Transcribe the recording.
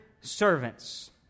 servants